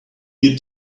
you